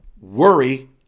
worry